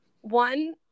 one